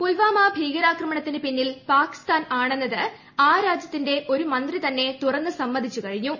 പുൽവാമ ഭീകരാക്രമണത്തിന് പിന്നിൽ പാകിസ്ഥാൻ ആണെന്നത് ആ രാജ്യത്തിന്റ ഒരു മന്ത്രി തന്നെ തുറന്നു സമ്മതിച്ചു കഴിഞ്ഞു